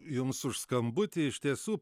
jums už skambutį iš tiesų